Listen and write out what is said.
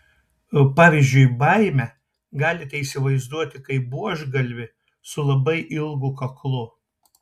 pavyzdžiui baimę galite įsivaizduoti kaip buožgalvį su labai ilgu kaklu